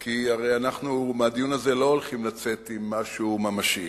כי הרי אנחנו מהדיון הזה לא הולכים לצאת עם משהו ממשי.